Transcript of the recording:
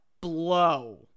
blow